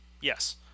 yes